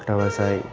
খোট্টা ভাষায়